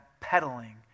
peddling